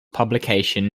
publication